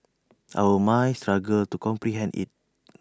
our minds struggle to comprehend IT